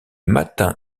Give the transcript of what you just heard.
matin